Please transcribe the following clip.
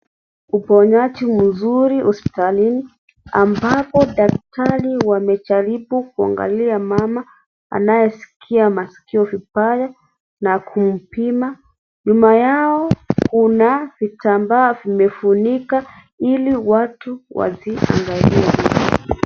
Uponyaji mzuri hospitalini ambapo daktari wamejaribu kuangalia mama anayesikia masikio vibaya na kumpima. Nyuma yao kuna vitambaa vimefunika ili watu wasiangalie